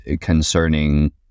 concerning